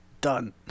Done